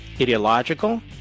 ideological